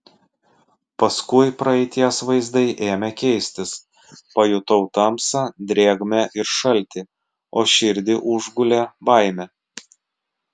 paskui praeities vaizdai ėmė keistis pajutau tamsą drėgmę ir šaltį o širdį užgulė baimė